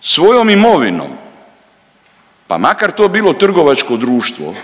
svojom imovinom, pa makar to bilo trgovačko društvo,